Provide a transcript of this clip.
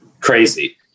crazy